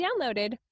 downloaded